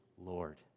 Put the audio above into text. Lord